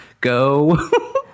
go